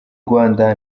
rwanda